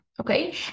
Okay